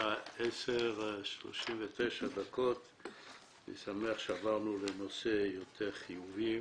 השעה 10:39. אני שמח שעברנו לנושא יותר חיובי: